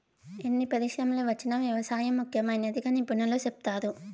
ఎన్ని పరిశ్రమలు వచ్చినా వ్యవసాయం ముఖ్యమైనదిగా నిపుణులు సెప్తారు